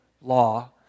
law